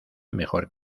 mejor